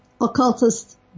occultist